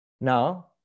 Now